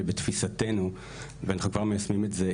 ובתפיסתנו ואנחנו כבר מיישמים את זה,